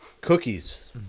cookies